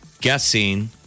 guessing